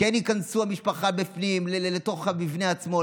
כן ייכנסו המשפחה בפנים לתוך המבנה עצמו.